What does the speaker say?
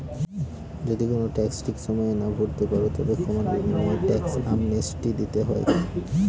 যদি কোনো ট্যাক্স ঠিক সময়ে না ভরতে পারো, তবে ক্ষমার বিনিময়ে ট্যাক্স অ্যামনেস্টি দিতে হয়